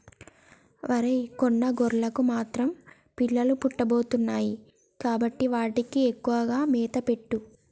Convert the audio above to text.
ఒరై కొన్ని గొర్రెలకు మాత్రం పిల్లలు పుట్టబోతున్నాయి కాబట్టి వాటికి ఎక్కువగా మేత పెట్టు